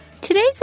Today's